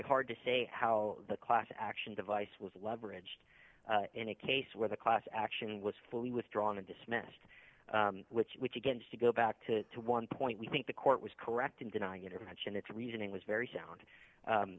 hard to say how the class action device was leveraged in a case where the class action was fully withdrawn and dismissed which which again to go back to the one point we think the court was correct in denying intervention it's reasoning was very sound